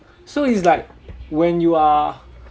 so it's like when you are